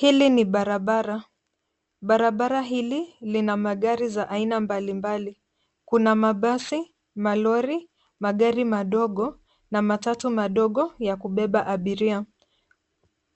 Hili ni barabara. Barabara hili lina magari za aina mbalimbali. Kuna mabasi, malori, magari madogo na matatu madogo ya kubeba abiria.